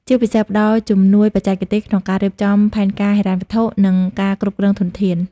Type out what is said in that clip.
ជាពិសេសផ្តល់ជំនួយបច្ចេកទេសក្នុងការរៀបចំផែនការហិរញ្ញវត្ថុ និងការគ្រប់គ្រងធនធាន។